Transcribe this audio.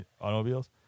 automobiles